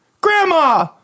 Grandma